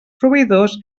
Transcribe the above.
proveïdors